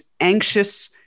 anxious